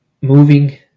moving